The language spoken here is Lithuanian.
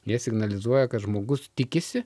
jie signalizuoja kad žmogus tikisi